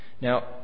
Now